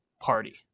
Party